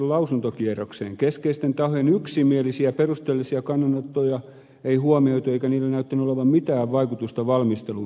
keskeisten tahojen yksimielisiä perusteellisia kannanottoja ei huomioitu eikä niillä näyttänyt olevan mitään vaikutusta valmisteluun